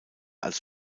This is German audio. als